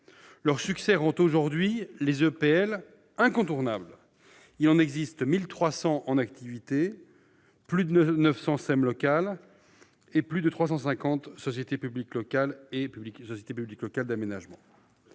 Leur succès rend aujourd'hui les EPL incontournables. Il en existe 1 300 en activité, dont plus de 900 SEM locales et plus de 350 sociétés publiques locales et sociétés publiques locales d'aménagement.